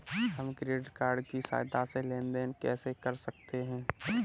हम credit card की सहायता से लेन देन कैसे कर सकते हैं?